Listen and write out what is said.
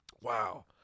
Wow